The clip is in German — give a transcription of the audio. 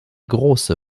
große